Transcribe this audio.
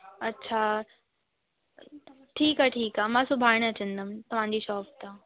अछा ठीकु आहे ठीकु आहे मां सुभाणे अचंदमि तव्हांजी शॉप तां